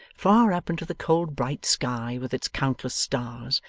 far up into the cold bright sky with its countless stars,